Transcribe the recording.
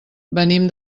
venim